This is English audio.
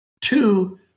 two